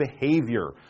behavior